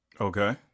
Okay